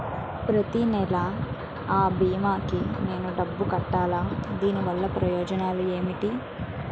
ప్రతినెల అ భీమా కి నేను డబ్బు కట్టాలా? దీనివల్ల ప్రయోజనాలు ఎంటి?